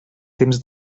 temps